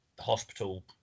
hospital